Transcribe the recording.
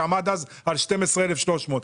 שעמד אז על 12,300 ₪.